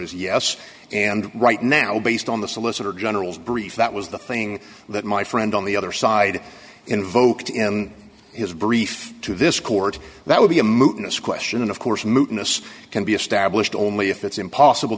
is yes and right now based on the solicitor general's brief that was the thing that my friend on the other side invoked in his brief to this court that would be a moot in this question and of course mootness can be established only if it's impossible